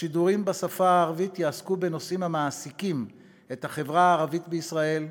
השידורים בשפה הערבית יעסקו בנושאים המעסיקים את החברה הערבית בישראל,